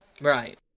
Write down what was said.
right